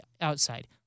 outside